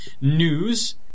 news